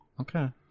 Okay